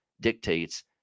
dictates